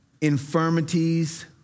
infirmities